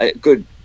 good